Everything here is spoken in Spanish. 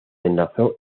enlazó